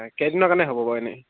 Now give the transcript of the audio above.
কেইদিনৰ কাৰণে হ'ব বাৰু এনেই